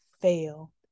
fail